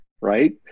right